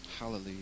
hallelujah